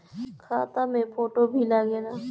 खाता मे फोटो भी लागे ला?